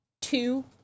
two